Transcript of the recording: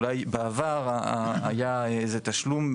אולי בעבר היה איזה תשלום,